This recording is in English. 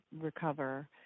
recover